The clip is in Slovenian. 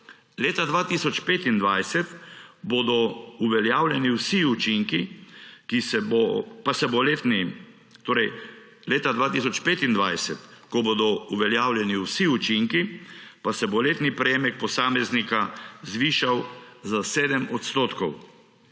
Leta 2025, ko bodo uveljavljeni vsi učinki, pa se bo letni prejemek posameznika zvišal za 7 odstotkov,